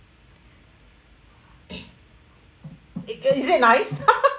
it is it nice